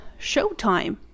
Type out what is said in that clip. Showtime